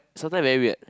sometime very weird